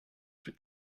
she